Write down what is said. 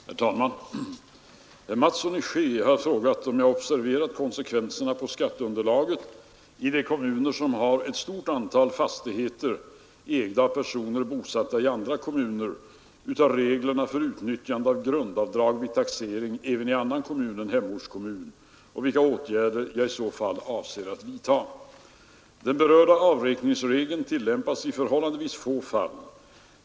Herr talman! Herr Mattsson i Skee har frågat mig, om jag observerat konsekvenserna för skatteunderlaget i de kommuner som har ett stort antal fastigheter ägda av personer bosatta i andra kommuner utav reglerna för utnyttjande av grundavdrag vid taxering även i annan kommun än hemortskommunen, och vilka åtgärder jag i så fall avser att vidtaga. Den berörda avräkningsregeln tillämpas i förhållandevis få fall.